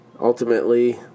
ultimately